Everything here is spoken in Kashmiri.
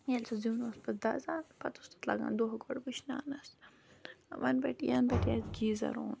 ییٚلہِ سُہ زیُن اوس پَتہٕ دَزان پَتہٕ اوس تَتھ لگان دۄہ گۄڈٕ وُشناونَس وۄنۍ پٮ۪ٹھ یَنہٕ پٮ۪ٹھ یہِ اَسہِ گیٖزَر اوٚن